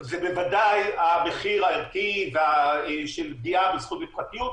זה בוודאי המחיר הערכי של פגיעה בזכות לפרטיות,